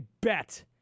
bet